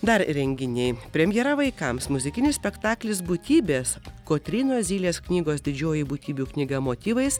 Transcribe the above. dar renginiai premjera vaikams muzikinis spektaklis būtybės kotrynos zylės knygos didžioji būtybių knyga motyvais